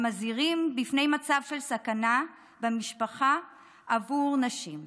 מזהירים מפני מצב של סכנה במשפחה עבור נשים.